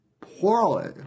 poorly